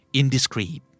indiscreet